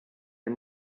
dem